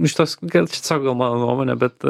iš tos gal čia tiesiog gal mano nuomone bet